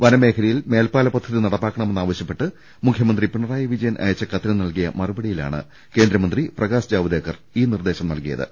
വന മേഖലയിൽ മേൽപ്പാല പദ്ധതി നടപ്പാക്കണമെന്നാവശ്യപ്പെട്ട് മുഖ്യമന്ത്രി പിണറായി വിജയൻ അയച്ച കത്തിന് നൽകിയ മറുപടിയിലാണ് കേന്ദ്ര മന്ത്രി പ്രകാശ് ജാവ്ദേക്കർ ഈ നിർദ്ദേശം നൽകിയത്